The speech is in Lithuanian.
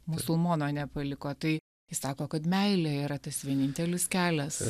musulmono nepaliko tai ji sako kad meilė yra tas vienintelis kelias